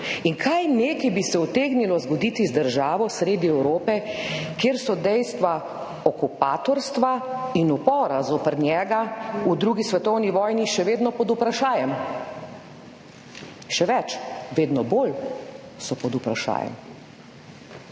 In kaj neki bi se utegnilo zgoditi z državo sredi Evrope, kjer so dejstva okupatorstva in upora zoper njega v drugi svetovni vojni še vedno pod vprašajem? Še več, vedno bolj so pod vprašajem.